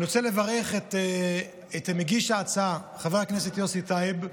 אני רוצה לברך את מגיש ההצעה חבר הכנסת יוסי טייב.